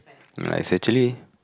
ya it's actually